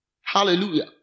Hallelujah